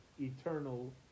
eternal